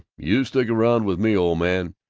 you stick around with me, old man,